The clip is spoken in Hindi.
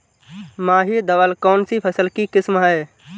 माही धवल कौनसी फसल की किस्म है?